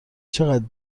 چقدر